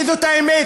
תגידו את האמת.